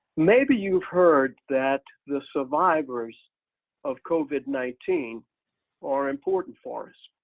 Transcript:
maybe you've heard that the survivors of covid nineteen are important for us.